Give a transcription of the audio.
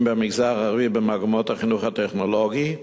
במגזר הערבי במגמות החינוך הטכנולוגי,